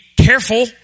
careful